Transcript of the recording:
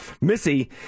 missy